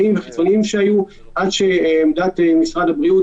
מילים איסוף עצמי ורפואה